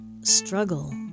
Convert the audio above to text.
struggle